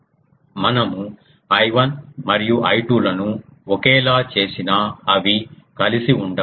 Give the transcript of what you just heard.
మనము I1 మరియు I2 లను ఒకేలా చేసినా అవి కలిసి ఉండవు